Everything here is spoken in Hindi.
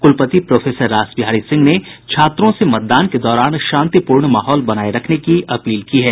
कुलपति प्रोफेसर रासबिहारी सिंह ने छात्रों से मतदान के दौरान शांतिपूर्ण माहौल बनाये रखने की अपील की है